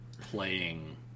playing